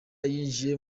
yinjiye